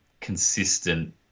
consistent